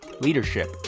leadership